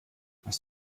hast